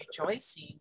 rejoicing